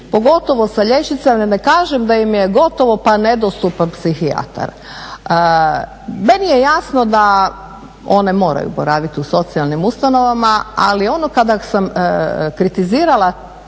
pogotovo sa liječnicima … kažem da im je gotovo pa nedostupan psihijatar. Meni je jasno da one moraju boraviti u socijalnim ustanovama, ali kada sam kritizirala